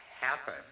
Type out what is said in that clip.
happen